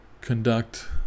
conduct